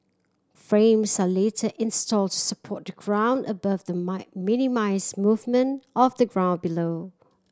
frames are later installed to support the ground above the my minimise movement of the ground below